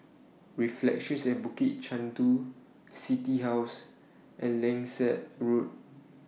Reflections At Bukit Chandu City House and Langsat Road